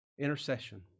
Intercession